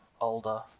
older